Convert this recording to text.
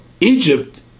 Egypt